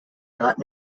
not